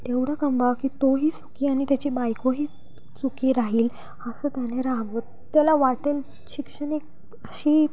तेवढा कमवावं की तोहीच सुखी आणि त्याची बायकोही सुखी राहील असं त्याने राहावं त्याला वाटेल शैक्षणिक अशी